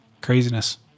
Craziness